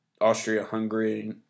Austria-Hungary